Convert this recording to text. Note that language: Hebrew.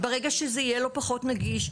ברגע שזה יהיה לו פחות נגיש,